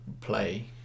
play